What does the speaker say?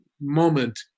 moment